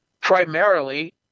primarily